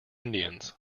indians